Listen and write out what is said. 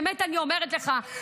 באמת אני אומרת לך.